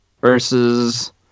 versus